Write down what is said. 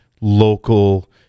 local